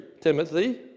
Timothy